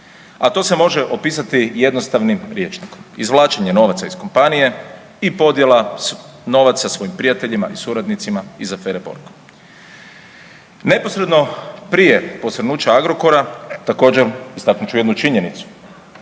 A to se može opisati jednostavnim rječnikom, izvlačenjem novaca iz kompanije i podjela novaca svojim prijateljima i suradnicima iz afere Borgo. Neposredno prije posrnuća Agrokora također istaknut ću jednu činjenicu,